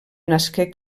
nasqué